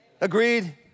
Agreed